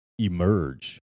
emerge